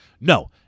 No